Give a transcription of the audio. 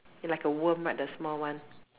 ya like a worm right the small one